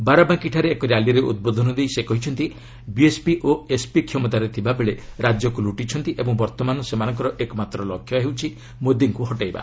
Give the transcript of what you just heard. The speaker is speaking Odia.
ବାରାବାଙ୍କିଠାରେ ଏକ ର୍ୟାଲିରେ ଉଦ୍ବୋଧନ ଦେଇ ସେ କହିଛନ୍ତି ବିଏସ୍ପି ଓ ଏସ୍ପି କ୍ଷମତାରେ ଥିବା ବେଳେ ରାଜ୍ୟକୁ ଲୁଟିଛନ୍ତି ଓ ବର୍ତ୍ତମାନ ସେମାନଙ୍କର ଏକମାତ୍ର ଲକ୍ଷ୍ୟ ହେଉଛି ମୋଦିଙ୍କୁ ହଟାଇବା